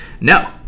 No